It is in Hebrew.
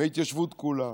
מההתיישבות כולה,